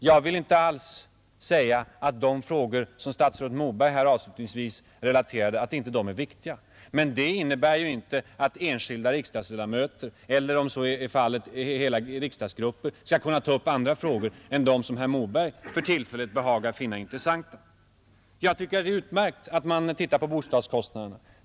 Jag vill inte säga att de frågor som statsrådet Moberg avslutningsvis nämnde inte är viktiga, men det innebär inte att enskilda riksdagsledamöter — eller för den delen hela riksdagsgrupper — inte skall kunna ta upp andra frågor än dem som herr Moberg för tillfället behagar finna intressanta. Det är utmärkt att man tittar på bostadskostnaderna.